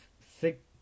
six